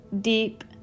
Deep